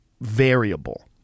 variable